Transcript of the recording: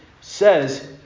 says